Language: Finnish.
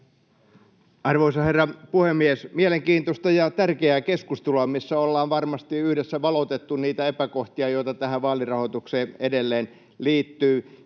Arvoisa herra puhemies! Mielenkiintoista ja tärkeää keskustelua, missä ollaan varmasti yhdessä valotettu niitä epäkohtia, joita tähän vaalirahoitukseen edelleen liittyy.